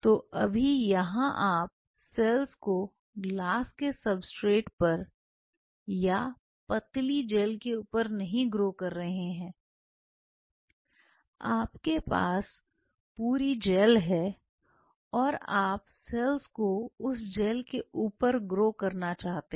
तो अभी यहां आप सेल्स को ग्लास के सब्सट्रेट पर या पतली जेल के ऊपर नहीं ग्रो कर रहे हैं आपके पास पूरी जेल है और आप सेल्स को उस जेल के ऊपर ग्रो करना चाहते हैं